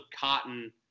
cotton